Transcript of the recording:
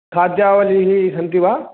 खाद्यावलिः सन्ति वा